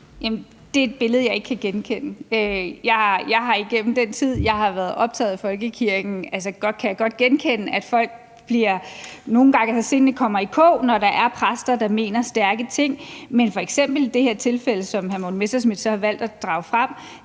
Det er et billede, jeg ikke kan genkende. Gennem den tid, jeg har været optaget af folkekirken, kan jeg godt genkende, at sindene nogle gange kommer i kog, når der er præster, der har stærke meninger. Men det her tilfælde, som hr. Morten Messerschmidt har valgt at drage frem,